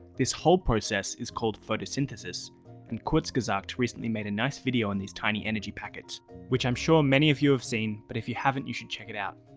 this whole process is called photosynthesis and kurzgesagt recently made a nice video on these tiny energy packets which i'm sure many of you have seen but if you haven't you should check it out.